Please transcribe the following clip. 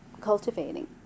cultivating